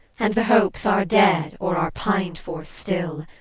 and the hopes are dead or are pined for still,